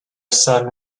son